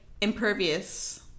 impervious